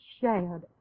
shared